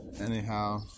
Anyhow